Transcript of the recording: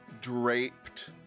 draped